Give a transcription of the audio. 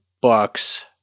bucks